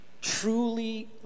Truly